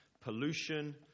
pollution